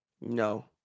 No